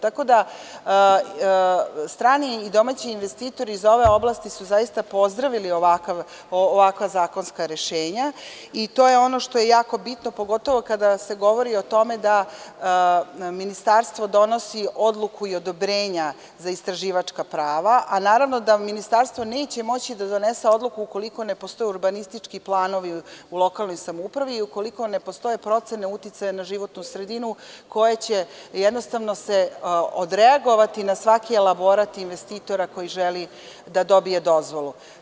Tako da strani i domaći investitori iz ove oblasti su zaista pozdravili ovakva zakonska rešenja i to je ono što je jako bitno, pogotovo kada se govori o tome da ministarstvo donosi odluku i odobrenja za istraživačka prava, a naravno da ministarstvo neće moći da donese odluku ukoliko ne postoje urbanistički planovi u lokalnoj samoupravi i ukoliko ne postoje procene uticaja na životnu sredinu koje će jednostavno odreagovati na svaki elaborat investitora koji želi da dobije dozvolu.